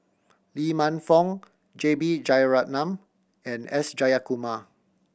Lee Man Fong J B Jeyaretnam and S Jayakumar